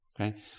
Okay